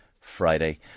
Friday